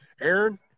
aaron